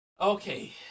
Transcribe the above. Okay